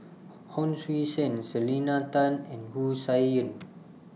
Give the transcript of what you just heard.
Hon Sui Sen Selena Tan and Wu Tsai Yen